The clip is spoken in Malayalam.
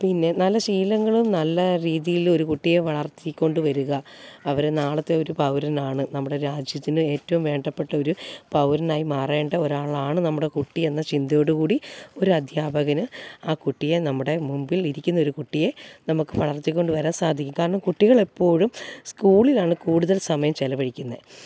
പിന്നെ നല്ല ശീലങ്ങളും നല്ല രീതിയിലൊരു കുട്ടിയെ വളർത്തിക്കൊണ്ടു വരുക അവരെ നാളത്തെ ഒരു പൗരനാണ് നമ്മുടെ രാജ്യത്തിന് ഏറ്റവും വേണ്ടപ്പെട്ട ഒരു പൗരനായി മാറേണ്ട ഒരാളാണ് നമ്മുടെ കുട്ടി എന്ന ചിന്തയോട് കൂടി ഒരധ്യാപകൻ ആ കുട്ടിയെ നമ്മുടെ മുമ്പിൽ ഇരിക്കുന്നൊരു കുട്ടിയെ നമുക്ക് വളർത്തി കൊണ്ടുവരാൻ സാധിക്കും കാരണം കുട്ടികൾ എപ്പോഴും സ്കൂളിലാണ് കൂടുതൽ സമയം ചിലവഴിക്കുന്നത്